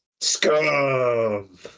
Scum